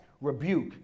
rebuke